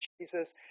Jesus